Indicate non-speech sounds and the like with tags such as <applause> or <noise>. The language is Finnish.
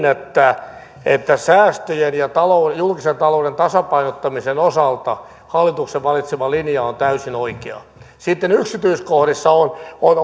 <unintelligible> että että säästöjen ja julkisen talouden tasapainottamisen osalta hallituksen valitsema linja on täysin oikea sitten yksityiskohdissa on <unintelligible>